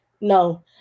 no